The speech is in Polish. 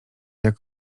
jak